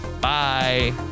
Bye